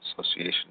association